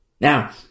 Now